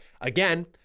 Again